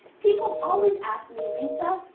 people always ask me, lisa,